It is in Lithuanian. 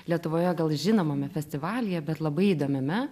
lietuvoje gal žinomame festivalyje bet labai įdomiame